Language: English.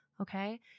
Okay